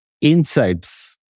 insights